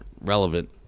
relevant